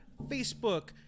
Facebook